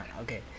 Okay